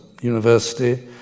University